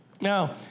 Now